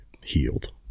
healed